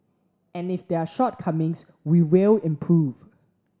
and if there are shortcomings we will improve